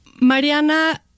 Mariana